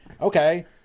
okay